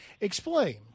Explain